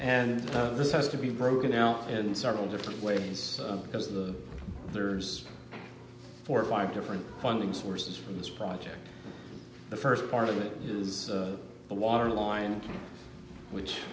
and this has to be broken out in several different ways because the there's four or five different funding sources for this project the first part of it is the water line which